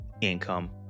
income